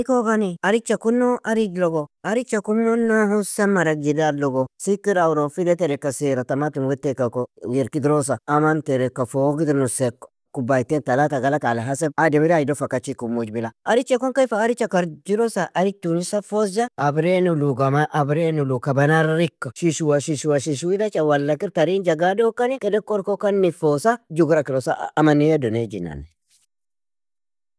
Firgi kogani, aricha kunno arij logo, aricha kumuna husan marag jidad logo, sikir awro? File tereka saira, tamatim weteka wierk idrosa, aman tereka fog idir, nose kub كبايتين تلاتة galaka, علي حسب ademiree aido fa kachiku mujbila, aricha kunkaig, fa aricha karjirosa, arij tugnig safa osja, abree nuluga, man abree nulu kaba narrikka, shishuwa shishuwa shishuw idacha, wala kir tariin jagado kani kedeka orko kani nefosa, jugra kirosa, a amaniye do naigninani.